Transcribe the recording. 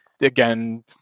Again